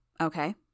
Okay